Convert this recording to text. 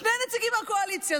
שני נציגים מהקואליציה,